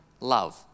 love